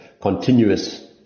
continuous